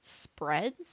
spreads